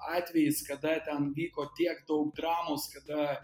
atvejis kada ten vyko tiek daug dramos kada